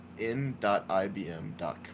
N.IBM.com